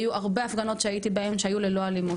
היו הרבה הפגנות שהייתי בהן שהיו ללא אלימות.